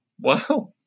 wow